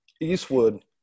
Eastwood